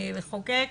לחוקק